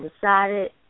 decided